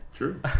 true